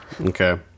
Okay